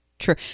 true